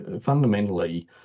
fundamentally